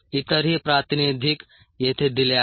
इतरही प्रातिनिधिक येथे दिले आहेत